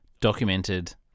documented